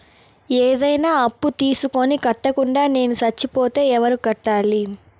ఏదైనా అప్పు తీసుకొని కట్టకుండా నేను సచ్చిపోతే ఎవరు కట్టాలి?